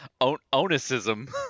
onicism